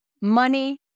money